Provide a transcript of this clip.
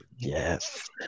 Yes